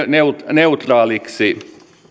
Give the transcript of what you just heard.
neutraaliksi